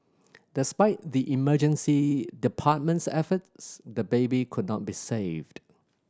despite the emergency department's efforts the baby could not be saved